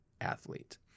athlete